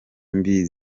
mbi